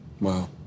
Wow